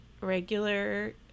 regular